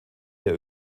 der